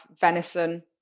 venison